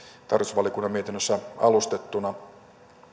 tarkastusvaliokunnan mietinnössä alustettuna